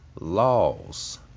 laws